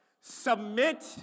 Submit